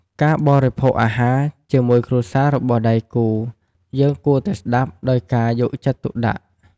ការបរិភោគអាហរជាមួយគ្រួសាររបស់ដៃគូ យើងគួរតែស្ដាប់ដោយការយកចិត្តទុកដាក់។